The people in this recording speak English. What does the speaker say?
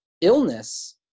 illness